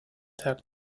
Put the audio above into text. tag